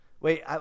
Wait